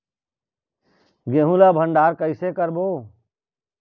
गेहूं ला भंडार कई से करबो?